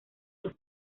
los